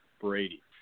Brady